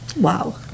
Wow